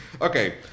Okay